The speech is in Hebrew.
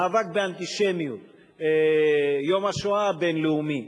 מאבק באנטישמיות, יום השואה הבין-לאומי,